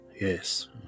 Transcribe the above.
Yes